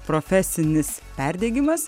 profesinis perdegimas